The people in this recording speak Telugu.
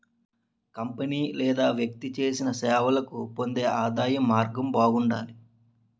కంపెనీ లేదా వ్యక్తి చేసిన సేవలకు పొందే ఆదాయం మార్గం బాగుండాలి